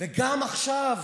וגם עכשיו,